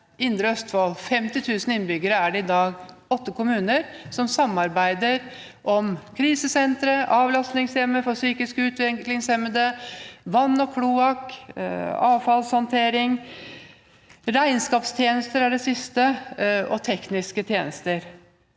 Indre Østfold, 50 000 innbyggere er det i dag – er det åtte kommuner som samarbeider om krisesenteret, avlastningshjemmet for psykisk utviklingshemmede, vann og kloakk, avfallshåndtering, regnskapstjenester, som er det siste,